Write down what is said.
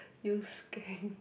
use